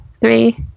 three